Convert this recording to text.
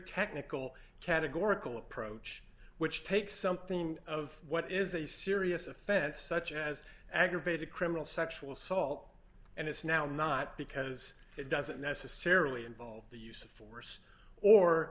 technical categorical approach which takes something of what is a serious offense such as aggravated criminal sexual assault and it's now not because it doesn't necessarily involve the use of force or